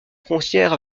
frontière